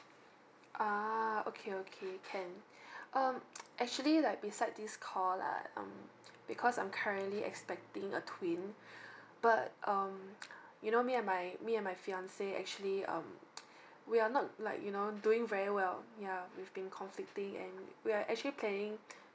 ah okay okay can um actually like beside this call lah um because I'm currently expecting a twin but um you know me and my me and my fiancee actually um we are not like you know doing very well yeah we've been conflicting and we're actually planning